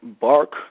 bark